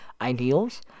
ideals